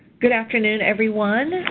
good afternoon everyone.